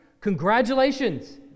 Congratulations